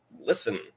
listen